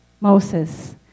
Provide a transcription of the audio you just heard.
Moses